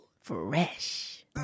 Fresh